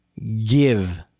Give